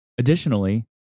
Additionally